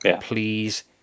Please